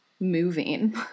moving